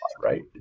Right